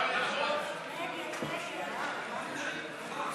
הצעת חוק לשכת עורכי-הדין (תיקון מס'